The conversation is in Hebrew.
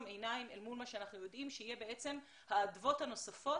עיניים אל מול מה שאנחנו יודעים שיהיה האדוות הנוספות